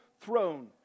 throne